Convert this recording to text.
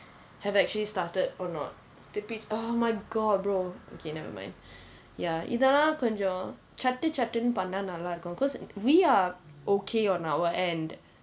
have actually started or not திருப்பி:thiruppi oh my god brother okay never mind ya இது எல்லாம் கொஞ்ச சட்டு சட்டுன்னு பண்ணா நல்லா இருக்கும்:ithu ellaam koncham chattu chattunnu pannaa nallaa irukkum because we are okay on our end